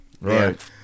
right